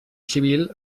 civil